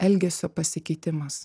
elgesio pasikeitimas